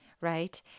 right